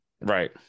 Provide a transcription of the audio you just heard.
right